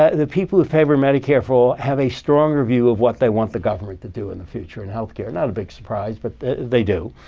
ah the people who favor medicare for all have a stronger view of what they want the government to do in the future in health care. not a big surprise. but they do.